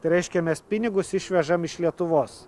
tai reiškia mes pinigus išvežam iš lietuvos